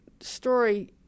story